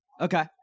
Okay